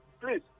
Please